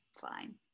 fine